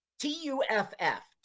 T-U-F-F